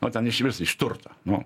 o ten išvis iš turto nu